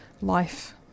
life